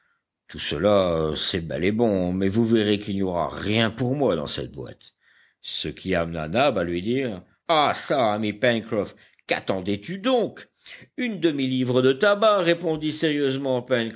tout cela c'est bel et bon mais vous verrez qu'il n'y aura rien pour moi dans cette boîte ce qui amena nab à lui dire ah çà ami pencroff quattendais tu donc une demi-livre de tabac répondit sérieusement